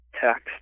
text